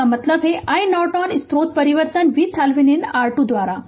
इसका मतलब है कि iNorton स्रोत परिवर्तन VThevenin R2 द्वारा